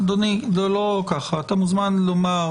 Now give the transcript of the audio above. טכני חשוב אם אפשר שמשרד הבריאות כשמעביר